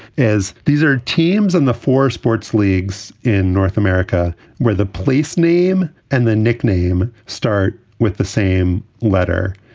as these are teams and the four sports leagues in north america where the place, name and the nickname. start with the same letter,